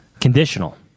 Conditional